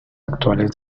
actuales